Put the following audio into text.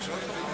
חבר הכנסת שאמה,